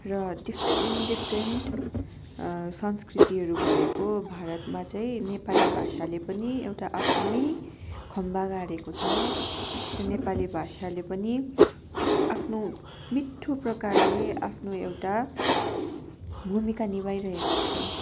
र different different संस्कृतिहरू भएको भारतमा चाहिँ नेपाली भाषाले पनि एउटा आफ्नो खम्बा गाडेको छ र नेपाली भाषाले पनि आफ्नो मिठो प्रकारले आफ्नो एउटा भूमिका निभाइरहेको छ है